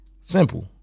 Simple